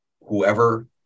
whoever